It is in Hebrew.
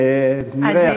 ונראה,